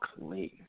clean